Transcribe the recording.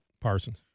Parsons